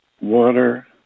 water